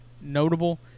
notable